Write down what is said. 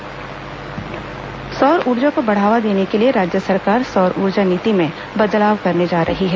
सौर ऊर्जा नीति सौर ऊर्जा को बढ़ावा देने के लिए राज्य सरकार सौर ऊर्जा नीति में बदलाव करने जा रही है